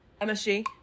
MSG